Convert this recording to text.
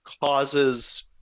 causes